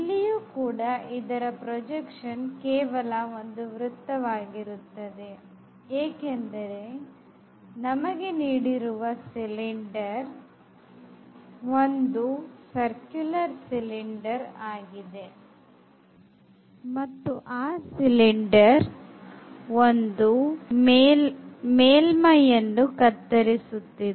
ಇಲ್ಲಿಯೂ ಕೂಡ ಇದರ ಪ್ರೋಜಕ್ಷನ್ ಕೇವಲ ಒಂದು ವೃತ್ತ ವಾಗಿರುತ್ತದೆ ಏಕೆಂದರೆ ನಮಗೆ ನೀಡಿರುವ ಸಿಲಿಂಡರ್ circular cylinder ಆಗಿದೆ ಮತ್ತುಆ ಸಿಲಿಂಡರ್ ಒಂದು ಮೇಲ್ಮೈಯನ್ನು ಕತ್ತರಿಸುತ್ತಿದೆ